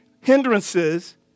hindrances